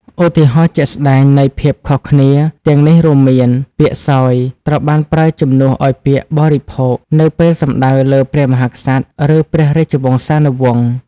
ឧទាហរណ៍ជាក់ស្តែងនៃភាពខុសគ្នាទាំងនេះរួមមាន ពាក្យ សោយ ត្រូវបានប្រើជំនួសឱ្យពាក្យ បរិភោគ នៅពេលសំដៅលើព្រះមហាក្សត្រ ឬព្រះរាជវង្សានុវង្ស។